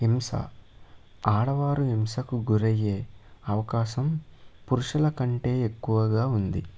హింస ఆడవారు హింసకు గురయ్యే అవకాశం పురుషులకంటే ఎక్కువగా ఉంది